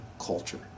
culture